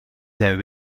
zijn